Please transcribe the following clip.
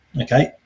okay